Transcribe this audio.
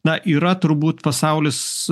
na yra turbūt pasaulis